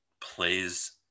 plays